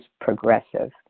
progressive